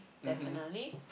definitely